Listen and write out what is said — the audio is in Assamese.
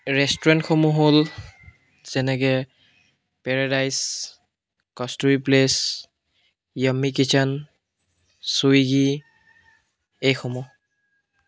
ৰেষ্টুৰেণ্টসমূহ হ'ল যেনেকৈ Paradise Kasturi Place Yummy Kitchen Swiggy এইসমূহ